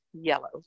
yellow